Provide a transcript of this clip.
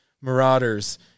marauders